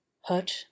hut